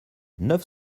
neuf